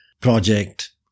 project